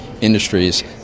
industries